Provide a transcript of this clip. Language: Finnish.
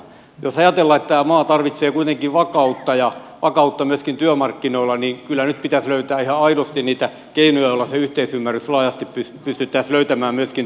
jos ajatellaan että tämä maa tarvitsee kuitenkin vakautta ja vakautta myöskin työmarkkinoilla niin kyllä nyt pitäisi löytää ihan aidosti niitä keinoja joilla se yhteisymmärrys laajasti pystyttäisiin löytämään myöskin työmarkkinoilla